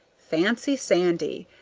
fancy sandy!